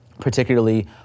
particularly